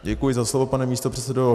Děkuji za slovo, pane místopředsedo.